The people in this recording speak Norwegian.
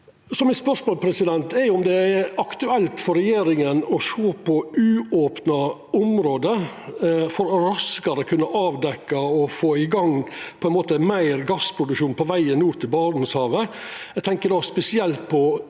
mitt er om det er aktuelt for regjeringa å sjå på uopna område for raskare å kunna avdekkja og få i gang meir gassproduksjon på vegen nord til Barentshavet.